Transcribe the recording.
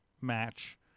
match